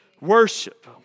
worship